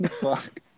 Fuck